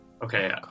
okay